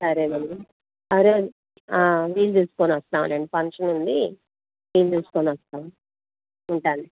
సరే అండి అరే వీలు చూసుకొని వస్తాం లేండి ఫంక్షన్ ఉంది వీలు చూసుకొని వస్తాం ఉంటాను